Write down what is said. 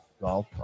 Golf